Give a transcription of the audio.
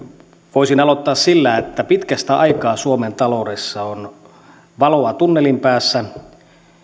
voisin aloittaa sillä että pitkästä aikaa suomen taloudessa on valoa tunnelin päässä